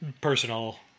personal